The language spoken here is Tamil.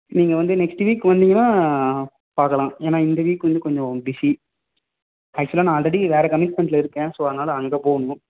நீங்கள் வந்து நெக்ஸ்ட்டு வீக் வந்திங்கனால் பார்க்கலாம் ஏன்னால் இந்த வீக் வந்து கொஞ்சம் பிஸி ஆக்சுவலாக நான் ஆல்ரெடி வேறு கமிட்மெண்ட்டில் இருக்கேன் ஸோ அதனால் அங்கே போகணும்